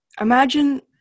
imagine